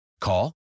Call